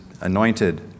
anointed